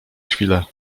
chwilę